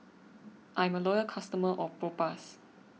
I'm a loyal customer of Propass